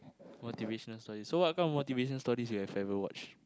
motivational stories so what kind of motivational stories you have ever watched